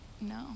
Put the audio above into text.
No